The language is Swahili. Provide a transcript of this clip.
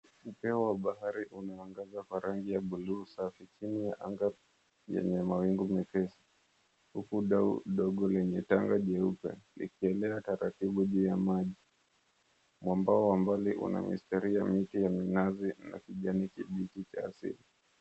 Upeo wa bahari unaangaza kwa rangi ya bluu safi chini ya anga yenye mawingu mepesi huku dau ndogo lenye tanga jeupe likielea taratibu juu ya maji. Mwambao wa mbali una mistari ya miti ya minazi na kijani kibichi cha asili.